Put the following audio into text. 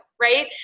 Right